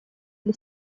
для